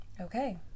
okay